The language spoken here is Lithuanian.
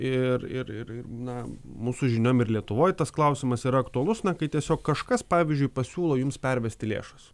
ir ir na mūsų žiniom ir lietuvoj tas klausimas yra aktualus na kai tiesiog kažkas pavyzdžiui pasiūlo jums pervesti lėšas